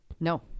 No